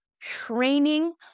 Training